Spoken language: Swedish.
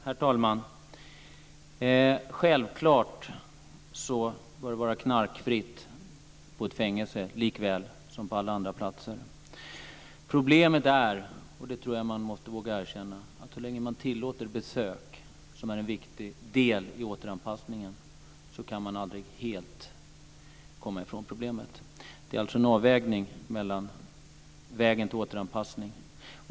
Herr talman! Självklart bör det vara knarkfritt på ett fängelse, likaväl som på alla andra platser. Problemet är, och det tror jag att man måste våga erkänna, att så länge man tillåter besök, som är en viktig del i återanpassningen, kan man aldrig helt komma ifrån problemet. Det är alltså en avvägning mot vägen till återanpassning.